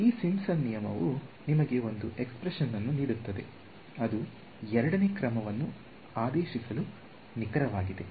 ಈ ಸಿಂಪ್ಸನ್ ನಿಯಮವು ನಿಮಗೆ ಒಂದು ಎಕ್ಸ್ಪ್ರೆಶನ್ ಅನ್ನು ನೀಡುತ್ತದೆ ಅದು ಎರಡನೇ ಕ್ರಮವನ್ನು ಆದೇಶಿಸಲು ನಿಖರವಾಗಿದೆ